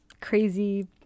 crazy